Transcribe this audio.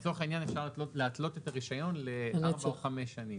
אז לצורך העניין ניתן להתלות את הרישיון לארבע או חמש שנים.